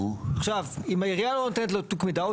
עכשיו אם העירייה לא נותנת לו תיק מידע הוא